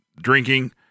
drinking